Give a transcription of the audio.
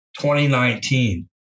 2019